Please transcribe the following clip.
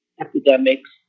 epidemics